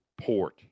port